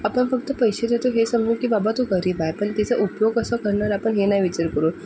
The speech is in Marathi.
आपण फक्त पैसे देतो हे सांगून की बाबा तू गरीब आहे पण त्याचा उपयोग कसा करणार आपण हे नाही विचार करू